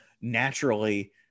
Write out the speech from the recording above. naturally